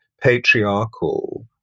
patriarchal